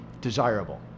desirable